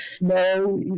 No